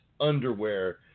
underwear